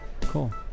Cool